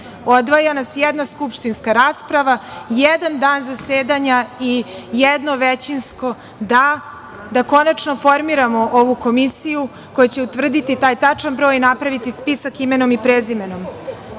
Odvaja nas jedna skupštinska rasprava i jedan dan zasedanja i jedno većinsko „da“ da konačno formiramo ovu komisiju koja će utvrditi taj tačan broj i napraviti spisak imenom i prezimenom. Zaista